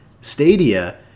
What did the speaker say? Stadia